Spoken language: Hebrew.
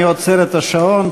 אני עוצר את השעון,